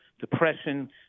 depression